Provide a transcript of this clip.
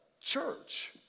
church